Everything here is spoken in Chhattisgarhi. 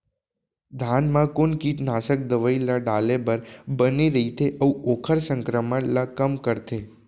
धान म कोन कीटनाशक दवई ल डाले बर बने रइथे, अऊ ओखर संक्रमण ल कम करथें?